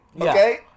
Okay